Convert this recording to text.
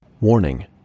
Warning